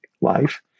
life